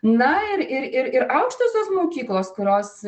na ir ir ir ir aukštosios mokyklos kurios